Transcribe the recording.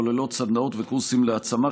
הכוללות סדנאות וקורסים להעצמה,